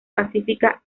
pacífica